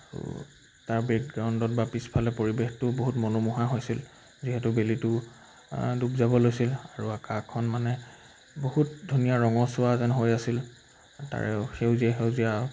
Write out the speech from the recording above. আৰু তাৰ বেকগ্ৰাউণ্ডত বা পিছফালে পৰিৱেশটো বহুত মনোমোহা হৈছিল যিহেতু বেলিটো ডুব যাব লৈছিল আৰু আকাশখন মানে বহুত ধুনীয়া ৰঙচোৱা যেন হৈ আছিল তাৰে সেউজীয়া সেউজীয়া